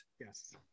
Yes